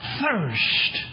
thirst